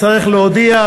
תצטרך להודיע,